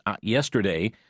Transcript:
yesterday